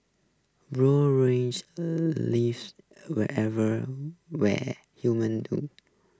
brown riching lives everywhere where humans do